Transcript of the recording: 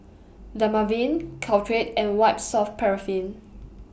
Dermaveen Caltrate and White Soft Paraffin